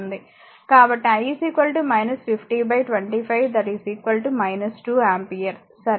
కాబట్టి i 50 25 2 ampere సరే